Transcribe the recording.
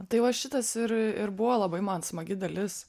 tai va šitas ir ir buvo labai man smagi dalis